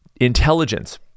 intelligence